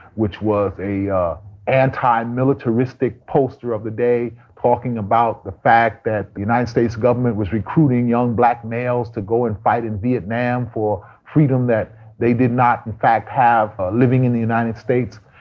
which was a anti-militaristic poster of the day talking about the fact that the united states government was recruiting young black males to go and fight in vietnam for freedom that they did not in fact have living in the united states.